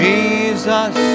Jesus